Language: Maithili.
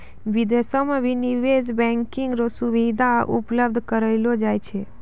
विदेशो म भी निवेश बैंकिंग र सुविधा उपलब्ध करयलो जाय छै